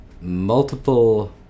multiple